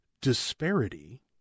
disparity